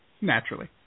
Naturally